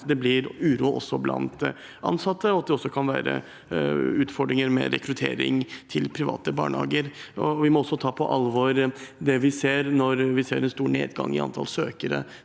det blir uro også blant ansatte, og at det kan være utfordringer med rekruttering til private barnehager. Vi må også ta det på alvor når vi ser en stor nedgang i antall søkere